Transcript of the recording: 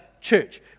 church